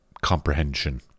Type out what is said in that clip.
comprehension